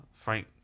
Frank